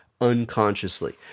unconsciously